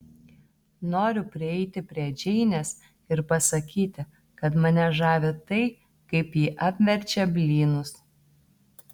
noriu prieiti prie džeinės ir pasakyti kad mane žavi tai kaip ji apverčia blynus